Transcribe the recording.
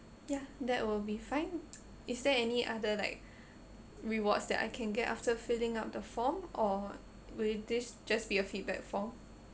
ya that will be fine is there any other like rewards that I can get after filling up the form or will this just be a feedback form